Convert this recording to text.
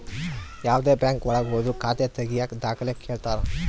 ಯಾವ್ದೇ ಬ್ಯಾಂಕ್ ಒಳಗ ಹೋದ್ರು ಖಾತೆ ತಾಗಿಯಕ ದಾಖಲೆ ಕೇಳ್ತಾರಾ